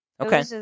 Okay